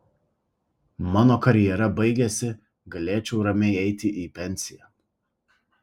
mano karjera baigiasi galėčiau ramiai eiti į pensiją